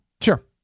Sure